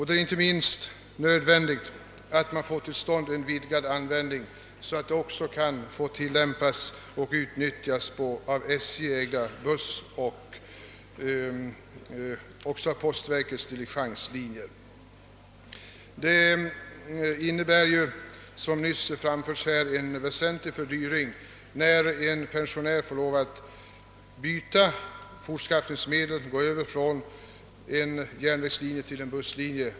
Det är inte minst nödvändigt att få till stånd en vidgad användning så att det också kan få tillämpas och utnyttjas på av SJ ägda busslinjer och postverkets diligenslinjer:. Det innebär, som nyss framförts här, en väsentlig fördyring när en pensionär får lov att byta fortskaffningsmedel genom att gå över från en järnvägslinje till en busslinje.